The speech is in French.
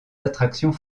attractions